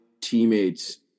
teammates